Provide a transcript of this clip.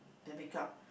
the makeup